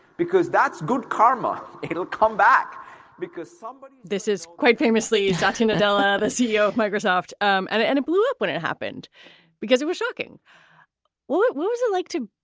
because that's good karma it'll come back because somebody this is quite famously satya nadella, the ceo of microsoft, um and it and it blew up when it happened because it was shocking what what was it like to